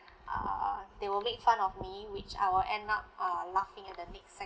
err they will make fun of me which I will end up uh laughing at the next